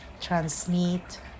transmit